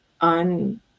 on